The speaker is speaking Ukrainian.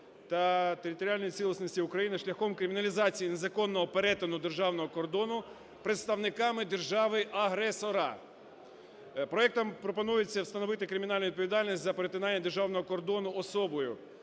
та територіальної цілісності України шляхом криміналізації незаконного перетину державного кордону представниками держави-агресора. Проектом пропонується встановити кримінальну відповідальність за перетинання державного кордону особою,